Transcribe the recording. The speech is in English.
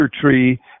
tree